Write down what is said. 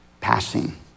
passing